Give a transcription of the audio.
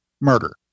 murder